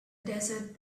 desert